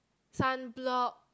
sunblock